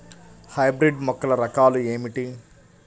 Hybrid మొక్కల రకాలు ఏమిటి?